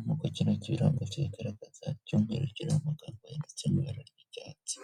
nk'uko icyo kirango kibigaragaza cy'umweru kirimo amagambo yanditse mu ibara ry'icyatsi.